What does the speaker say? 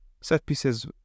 set-pieces